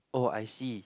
oh I see